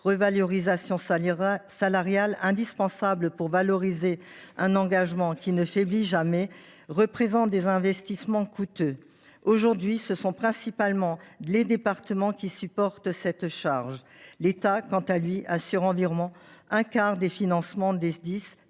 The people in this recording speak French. revalorisations salariales, indispensables pour valoriser un engagement qui ne faiblit jamais, représentent des investissements coûteux. À l’heure actuelle, ce sont principalement les départements qui supportent cette charge. L’État assure environ un quart des financements des